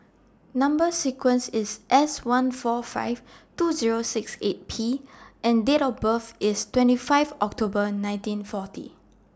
Number sequence IS S one four five two Zero six eight P and Date of birth IS twenty five October nineteen forty